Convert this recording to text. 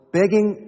begging